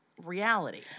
Reality